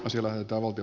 sillä tavoite